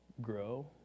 grow